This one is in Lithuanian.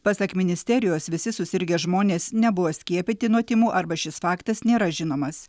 pasak ministerijos visi susirgę žmonės nebuvo skiepyti nuo tymų arba šis faktas nėra žinomas